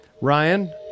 Ryan